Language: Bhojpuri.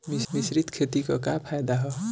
मिश्रित खेती क का फायदा ह?